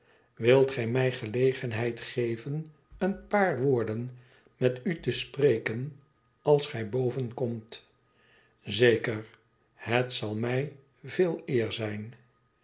wilt gij mij gelegenheid geven een paar woorden met u te spreken als gij boven komt zeker het zal mij veel eer zijn